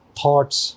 thoughts